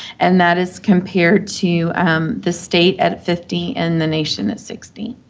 and that is compared to the state at fifty and the nation at sixty.